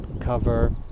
cover